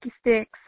sticks